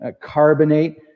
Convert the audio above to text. carbonate